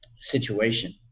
situation